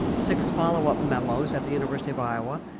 six follow-up memos at the university of iowa,